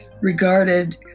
regarded